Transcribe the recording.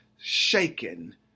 shaken